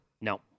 No